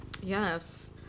Yes